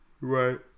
right